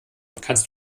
kannst